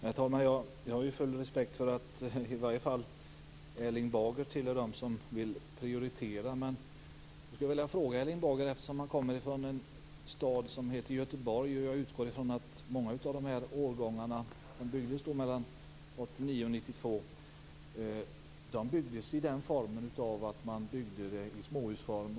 Herr talman! Jag har full respekt för att Erling Bager tillhör dem som vill prioritera. Erling Bager kommer från en stad som heter Göteborg. Jag utgår från att många av de årgångar som byggdes mellan 1989 och 1992 bygges i småhusform.